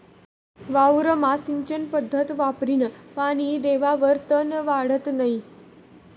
वावरमा सिंचन पध्दत वापरीन पानी देवावर तन वाढत नै